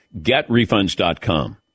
GetRefunds.com